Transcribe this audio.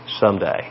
someday